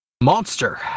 Monster